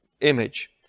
image